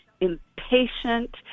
impatient